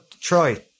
Troy